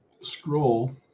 scroll